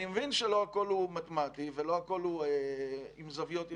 אני מבין שלא הכול הוא מתמטי ולא הכול הוא עם זוויות ישרות.